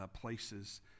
places